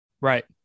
Right